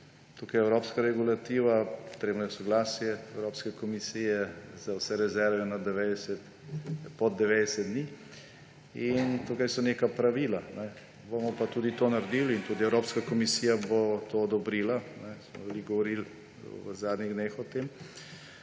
Tukaj je evropska regulativa, potrebno je soglasje Evropske komisije za vse rezerve pod 90 dni. Tukaj so neka pravila. Bomo pa tudi to naredili in tudi Evropska komisija bo to odobrila, smo veliko govorili v zadnjih dneh o tem,